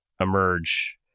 emerge